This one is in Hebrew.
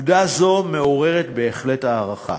ועובדה זו מעוררת בהחלט הערכה